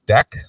Deck